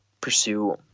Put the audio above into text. pursue